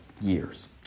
years